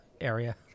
area